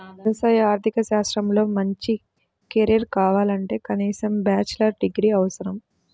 వ్యవసాయ ఆర్థిక శాస్త్రంలో మంచి కెరీర్ కావాలంటే కనీసం బ్యాచిలర్ డిగ్రీ అవసరం